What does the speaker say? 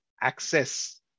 access